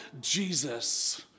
Jesus